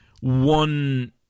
one